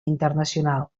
internacional